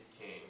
king